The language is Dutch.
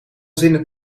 zinnen